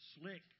slick